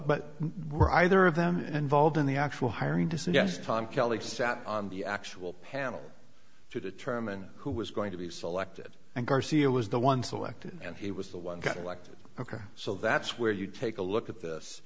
were either of them and volved in the actual hiring to suggest tom kelly sat on the actual panel to determine who was going to be selected and garcia was the one selected and he was the one got elected ok so that's where you take a look at this